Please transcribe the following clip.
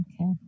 Okay